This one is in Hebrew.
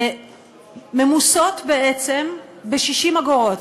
ממוסות בעצם ב-60 אגורות.